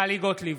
טלי גוטליב,